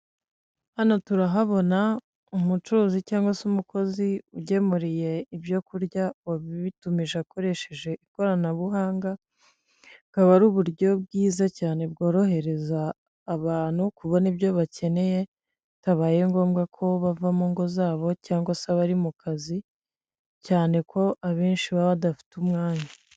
Hano turahabona umucuruzi cyangwa se umukozi ugemuriye ibyo kurya uwabitumije akoresheje ikoranabuhanga, bukaba ari uburyo bwiza cyane bworohereza abantu kubona ibyo bakeneye bitabaye ngombwa ko bava mu ngo zabo cyangwa se abari mu kazi cyane ko abenshi baba badafite umwanya.